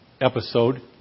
episode